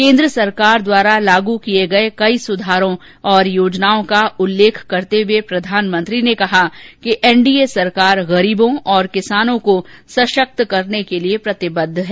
केन्द्र सरकार द्वारा लागू किए गए कई सुधारों और योजनाओं का उल्लेख करते हुए प्रधानमंत्री ने कहा कि एनडीए सरकार गरीबों और किसानों को सशक्त बनाने के लिए प्रतिबद्ध है